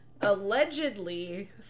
allegedly